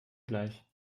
gleich